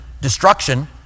destruction